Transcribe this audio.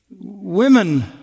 women